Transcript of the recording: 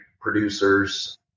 producers